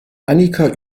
annika